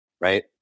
right